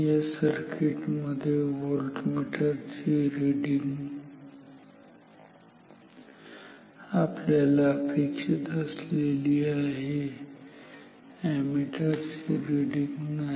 या सर्किट मध्ये व्होल्टमीटर ची रिडींग आपल्याला अपेक्षित असलेली आहे अॅमीटर ची रिडींग नाही